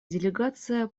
делегация